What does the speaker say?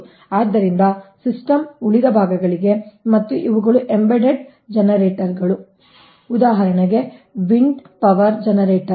ಆದ್ದರಿಂದ ಸಿಸ್ಟಮ್ನ ಉಳಿದ ಭಾಗಗಳಿಗೆ ಮತ್ತು ಇವುಗಳು ಎಂಬೆಡೆಡ್ ಜನರೇಟರ್ಗಳು ಉದಾಹರಣೆಗೆ ವಿಂಡ್ ಪವರ್ ಜನರೇಟರ್